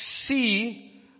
see